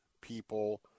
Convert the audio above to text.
people